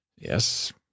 Yes